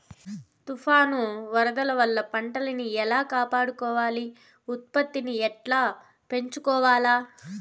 తుఫాను, వరదల వల్ల పంటలని ఎలా కాపాడుకోవాలి, ఉత్పత్తిని ఎట్లా పెంచుకోవాల?